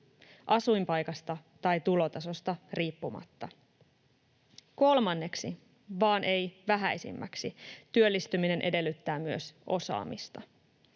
asuinpaikasta tai tulotasosta riippumatta. Kolmanneksi, vaan ei vähäisimmäksi, työllistyminen edellyttää myös osaamista.